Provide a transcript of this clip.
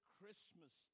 Christmas